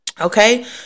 Okay